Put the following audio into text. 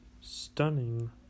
stunning